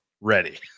ready